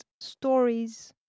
stories